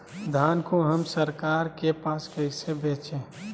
धान को हम सरकार के पास कैसे बेंचे?